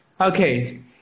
okay